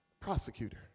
prosecutor